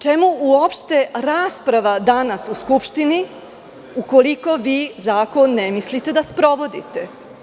Čemu uopšte rasprava danas u Skupštini, ukoliko vi zakon ne mislite da sprovodite?